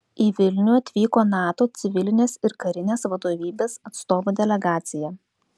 į vilnių atvyko nato civilinės ir karinės vadovybės atstovų delegacija